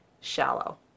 shallow